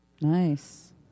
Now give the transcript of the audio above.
Nice